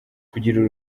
kugira